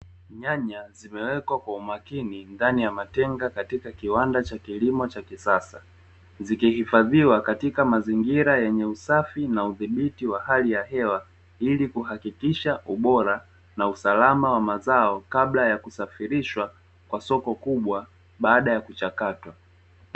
Nyanya zimewekwa kwa umakini ndani ya matenga katika kiwanda kwa kilimo cha kisasa, Zikihifadhiwa katika mazingira yenye usafi na udhibiti wa hali ya hewa ili kuhakikisha ubora na usalama wa mazao kabla ya kusafirishwa kwa soko kubwa baada ya kuchakatwa.